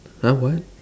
!huh! what